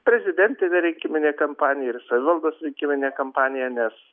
prezidentinė rinkiminė kampanija ir savivaldos rinkiminė kampanija nes